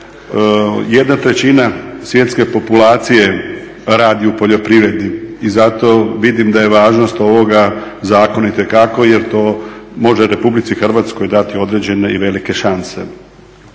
Jedna trećina svjetske populacije radi u poljoprivredi i zato vidim da je važnost ovoga zakona itekako jer to može Republici Hrvatskoj dati određene i velike šanse.